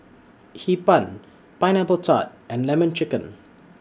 Hee Pan Pineapple Tart and Lemon Chicken